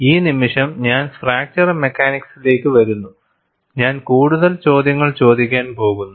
ഈ നിമിഷം ഞാൻ ഫ്രാക്ചർ മെക്കാനിക്സിലേക്ക് വരുന്നു ഞാൻ കൂടുതൽ ചോദ്യങ്ങൾ ചോദിക്കാൻ പോകുന്നു